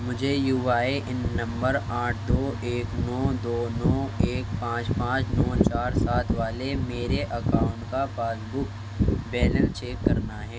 مجھے U I N نمبر آٹھ دو ایک نو دو نو ایک پانچ پانچ نو چار سات والے میرے اکاؤنٹ کا پاس بک بیلنس چیک کرنا ہے